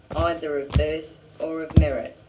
either of birth or of merit,